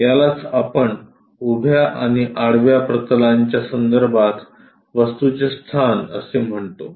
यालाच आपण उभ्या आणि आडव्या प्रतलांच्या संदर्भात वस्तूंचे स्थान असे म्हणतो